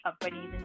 companies